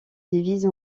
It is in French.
divise